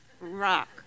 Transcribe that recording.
rock